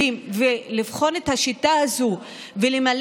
האלה ומפלרטט איתם ומאפשר להם להוביל